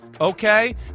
okay